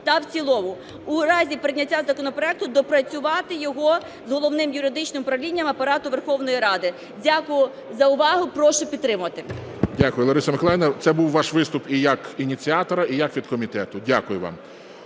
та в цілому. У разі прийняття законопроекту доопрацювати його з Головним юридичним управлінням Апарату Верховної Ради. Дякую за увагу. Прошу підтримати. ГОЛОВУЮЧИЙ. Дякую, Ларисо Миколаївно. Це був ваш виступ і як ініціатора, і як від комітету. Дякую вам.